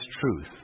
truth